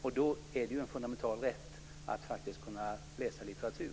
Det är en fundamental rätt att kunna läsa litteratur.